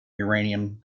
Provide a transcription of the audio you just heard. uranium